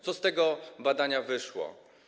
Co z tego badania wyszło?